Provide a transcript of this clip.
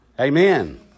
Amen